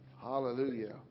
hallelujah